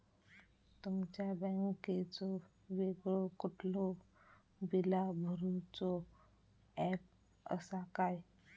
तुमच्या बँकेचो वेगळो कुठलो बिला भरूचो ऍप असा काय?